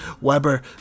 Weber